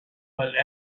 but